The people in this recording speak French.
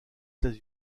états